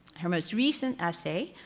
her most recent essay,